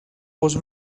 was